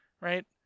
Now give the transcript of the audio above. right